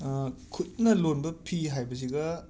ꯈꯨꯠꯅ ꯂꯣꯟꯕ ꯐꯤ ꯍꯥꯏꯕꯖꯤꯒꯥ